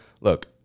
look